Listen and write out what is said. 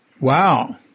Wow